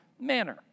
manner